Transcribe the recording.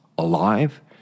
Alive